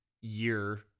year